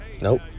Nope